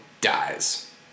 Dies